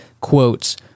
quotes